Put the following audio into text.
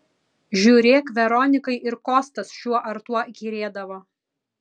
žiūrėk veronikai ir kostas šiuo ar tuo įkyrėdavo